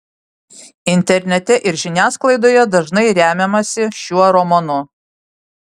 internete ir žiniasklaidoje dažnai remiamasi šiuo romanu